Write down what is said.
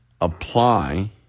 apply